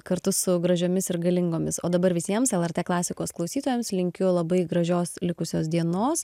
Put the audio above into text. kartu su gražiomis ir galingomis o dabar visiems lrt klasikos klausytojams linkiu labai gražios likusios dienos